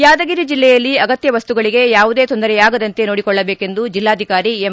ಯಾದಗಿರಿ ಜೆಲ್ಲೆಯಲ್ಲಿ ಅಗತ್ಯ ವಸ್ತುಗಳಿಗೆ ಯಾವುದೇ ತೊಂದರೆಯಾಗದಂತೆ ನೋಡಿಕೊಳ್ಳಬೇಕೆಂದು ಜೆಲ್ಲಾಧಿಕಾರಿ ಎಂ